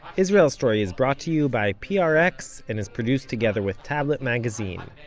israel story is brought to you by prx and is produced together with tablet magazine.